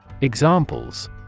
Examples